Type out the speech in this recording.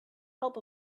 help